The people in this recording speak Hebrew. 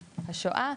השואה,